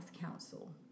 counsel